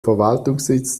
verwaltungssitz